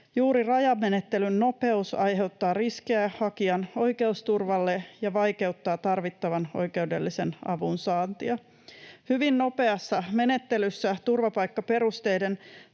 Juuri rajamenettelyn nopeus aiheuttaa riskejä hakijan oikeusturvalle ja vaikeuttaa tarvittavan oikeudellisen avun saantia. Hyvin nopeassa menettelyssä turvapaikkaperusteiden